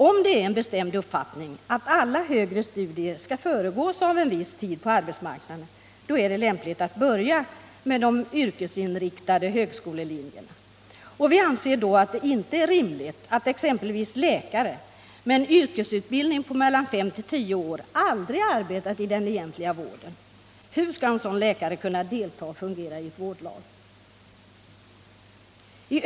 Om det är en bestämd uppfattning att alla högre studier skall föregås av en viss tid på arbetsmarknaden, är det lämpligt att börja med de yrkesinriktade högskolelinjerna. Vi anser att det då inte är rimligt att exempelvis en läkare med yrkesutbildning på mellan fem och tio år aldrig arbetat i den egentliga vården. Hur skall en sådan läkare kunna delta och fungera i ett vårdlag?